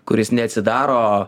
kuris neatsidaro